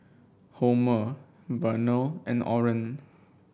Homer Vernal and Oren